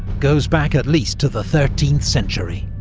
goes back at least to the thirteenth century.